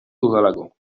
dudalako